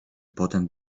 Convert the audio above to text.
potem